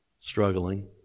struggling